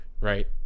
Right